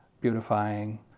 beautifying